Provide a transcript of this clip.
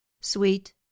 sweet